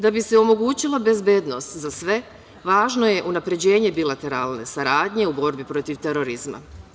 Da bi se omogućila bezbednost za sve, važno je unapređenje bilateralne saradnje u borbi protiv terorizma.